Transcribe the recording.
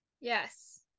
Yes